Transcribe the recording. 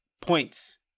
points